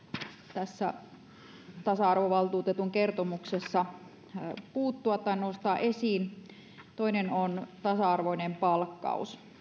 tässä tasa arvovaltuutetun kertomuksessa puuttua tai nostaa niitä esiin toinen on tasa arvoinen palkkaus